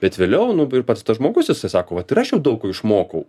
bet vėliau nu ir pats tas žmogus jisai sako vat ir aš jau daug ko išmokau